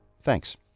Thanks